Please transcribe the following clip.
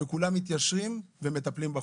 וכולם מתיישרים ומטפלים בחולה.